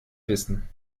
wissen